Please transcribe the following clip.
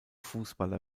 fußballer